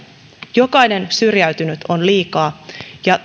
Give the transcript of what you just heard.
jokainen syrjäytynyt on liikaa ja